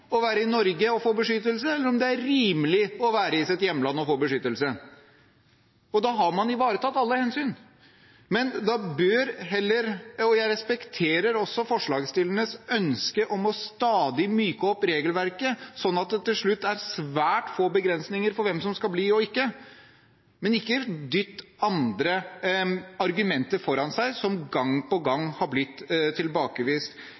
å være i Norge og få beskyttelse, eller om det er rimelig å være i sitt hjemland og få beskyttelse, og da har man ivaretatt alle hensyn. Jeg respekterer også forslagsstillernes ønske om stadig å myke opp regelverket, sånn at det til slutt er svært få begrensninger for hvem som skal bli og ikke, men man bør ikke dytte andre argumenter foran seg som gang på gang har blitt tilbakevist.